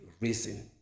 reason